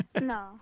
No